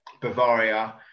Bavaria